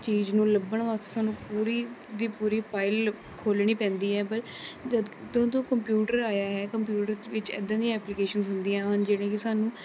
ਚੀਜ਼ ਨੂੰ ਲੱਭਣ ਵਾਸਤੇ ਸਾਨੂੰ ਪੂਰੀ ਦੀ ਪੂਰੀ ਫਾਈਲ ਖੋਲ੍ਹਣੀ ਪੈਂਦੀ ਹੈ ਪਰ ਜਦ ਤੋਂ ਤੋਂ ਕੰਪਿਊਟਰ ਆਇਆ ਹੈ ਕੰਪਿਊਟਰ ਵਿੱਚ ਇੱਦਾਂ ਦੀਆਂ ਐਪਲੀਕੈਸ਼ਨਸ ਹੁੰਦੀਆਂ ਹਨ ਜਿਹੜੀਆਂ ਕਿ ਸਾਨੂੰ